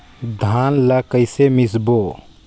धान ला कइसे मिसबो?